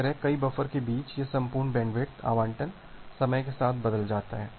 इस तरह कई बफर के बीच यह संपूर्ण बैंडविड्थ आवंटन समय के साथ बदल जाता है